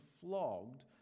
flogged